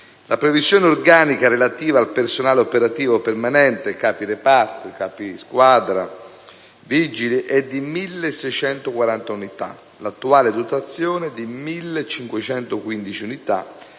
La previsione organica relativa al personale operativo permanente (capi reparti, capi squadra e vigili) è di 1.640 unità. L'attuale dotazione, di 1.515 unità,